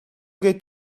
гээд